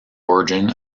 origin